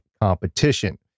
competition